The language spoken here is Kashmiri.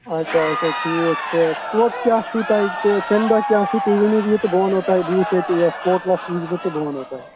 اَچھا اَچھا ٹھیٖک تہٕ کوٚت کیٛاہ چھُو تۄہہِ کَمہِ دۄہ کیٛاہ چھُو تُہۍ ؤنِو یہِ تہٕ بہٕ وَنہو تۄہہِ بہٕ وُچھٕ ییٚتہِ یَتھ ہوٹلَس وُچھٕ بہٕ تہٕ بہٕ وَنہو تۄہہِ